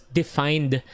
defined